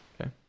Okay